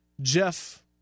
Jeff